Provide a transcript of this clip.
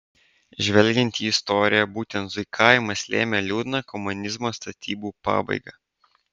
žvelgiant į istoriją būtent zuikiavimas lėmė liūdną komunizmo statybų pabaigą